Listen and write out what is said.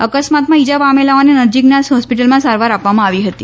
અકસ્માતમાં ઇજા પામેલાઓને નજીકની હોસ્પીટલમાં સારવાર આપવામાં આવી હતી